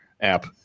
app